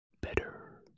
better